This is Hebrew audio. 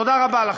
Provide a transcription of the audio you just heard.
תודה רבה לכם.